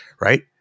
right